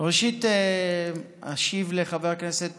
ראשית אשיב לחבר הכנסת